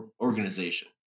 organization